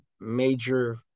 major